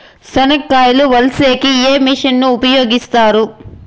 చెనక్కాయలు వలచే కి ఏ మిషన్ ను ఉపయోగిస్తారు?